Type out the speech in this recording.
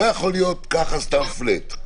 לא יכול להיות ככה סתם flat.